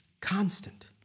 Constant